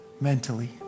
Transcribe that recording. mentally